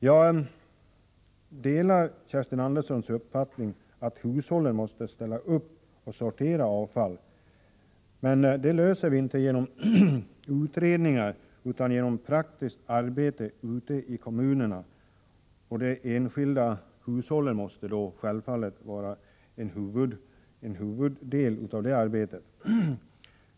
Jag delar Kerstin Anderssons uppfattning att hushållen måste ställa upp och sortera avfall. Ett sådant system kan emellertid inte införas genom utredningar, utan genom praktiskt arbete ute i kommunerna, och i detta arbete måste de enskilda hushållen självfallet vara en viktig part.